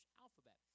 alphabet